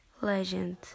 legend